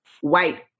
White